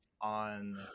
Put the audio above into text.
on